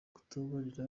kutababarira